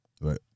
right